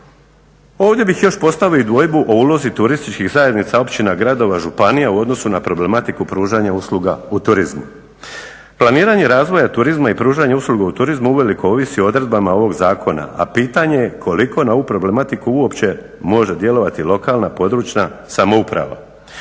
Ovdje bih još postavio i dvojbu o ulozi turističkih zajednica općina, gradova, županija, u odnosu na problematiku pružanja usluga u turizmu. Planiranje razvoja turizma i pružanje usluga u turizmu uvelike ovisi o odredbama ovoga zakona, a pitanje je koliko na ovu problematiku uopće može djelovati lokalna, područna samouprava.